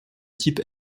type